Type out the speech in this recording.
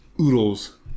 oodles